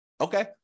Okay